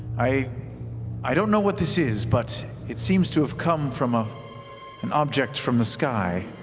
i i don't know what this is, but it seems to have come from ah an object from the sky.